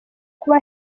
kuba